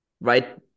right